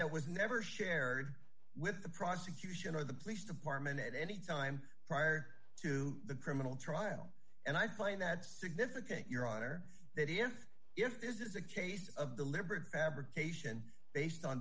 that was never shared with the prosecution or the police department at any time prior to the criminal trial and i find that significant your honor that if if this is a case of deliberate fabrication based on